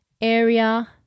area